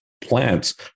plants